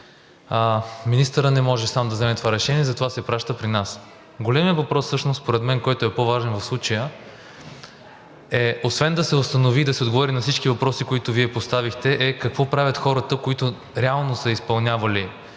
министърът не може сам да вземе това решение, затова се праща при нас. Големият въпрос всъщност според мен, който е по-важен в случая, е освен да се установи и да се отговори на всички въпроси, които Вие поставихте, е какво правят хората, които реално са изпълнявали,